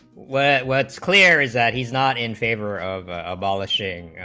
one what's clear is that he's not in favor of a polish and,